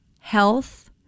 health